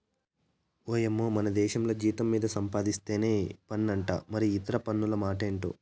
ఓయమ్మో మనదేశంల జీతం మీద సంపాధిస్తేనే పన్నంట మరి ఇతర పన్నుల మాటెంటో